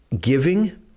giving